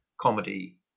comedy